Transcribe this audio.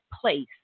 place